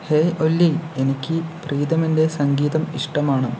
hey Ollie എനിക്ക് പ്രീതമിൻ്റെ സംഗീതം ഇഷ്ടമാണ്